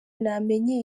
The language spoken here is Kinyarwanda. namenya